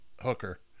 hooker